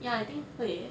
ya I think 会 eh